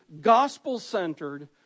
gospel-centered